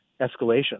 escalation